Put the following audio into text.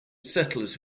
settlers